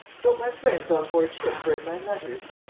don't my friends on board ship burn my letters?